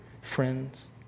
friends